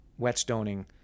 whetstoning